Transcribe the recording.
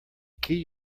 key